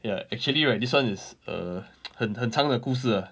ya actually right this one is err 很很长的故事 ah